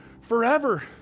forever